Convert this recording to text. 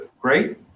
great